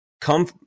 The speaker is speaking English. come